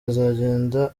azagenda